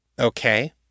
Okay